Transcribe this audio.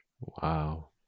Wow